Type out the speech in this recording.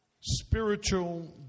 spiritual